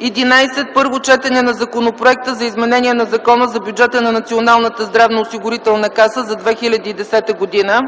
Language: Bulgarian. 11. Първо четене на Законопроекта за изменение на Закона за бюджета на Националната здравноосигурителна каса за 2010 г.